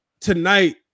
tonight